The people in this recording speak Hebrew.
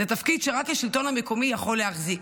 זה תפקיד שרק השלטון המקומי יכול להחזיק.